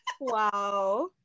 Wow